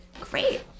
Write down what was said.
Great